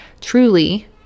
truly